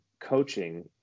coaching